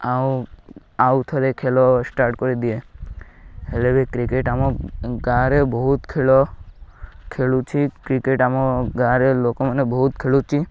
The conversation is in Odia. ଆଉ ଆଉ ଥରେ ଖେଲ ଷ୍ଟାର୍ଟ କରିଦିଏ ହେଲେ ବି କ୍ରିକେଟ୍ ଆମ ଗାଁରେ ବହୁତ ଖେଳ ଖେଳୁଛି କ୍ରିକେଟ୍ ଆମ ଗାଁରେ ଲୋକମାନେ ବହୁତ ଖେଳୁଛି